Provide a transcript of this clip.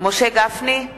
משה גפני,